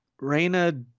Reyna